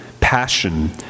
passion